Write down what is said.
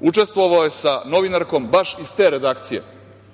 Učestvovao je sa novinarkom baš iz te redakcije